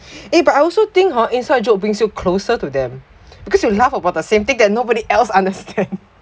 eh but I also think hor inside joke brings you closer to them because you laugh about the same thing that nobody else understand